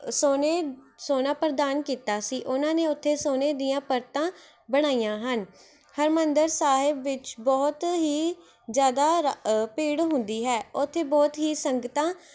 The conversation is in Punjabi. ਸੋਨੇ ਸੋਨਾ ਪ੍ਰਦਾਨ ਕੀਤਾ ਸੀ ਉਹਨਾਂ ਨੇ ਉੱਥੇ ਸੋਨੇ ਦੀਆਂ ਪਰਤਾਂ ਬਣਾਈਆਂ ਹਨ ਹਰਿਮੰਦਰ ਸਾਹਿਬ ਵਿੱਚ ਬਹੁਤ ਹੀ ਜ਼ਿਆਦਾ ਰ ਭੀੜ ਹੁੰਦੀ ਹੈ ਉੱਥੇ ਬਹੁਤ ਹੀ ਸੰਗਤਾਂ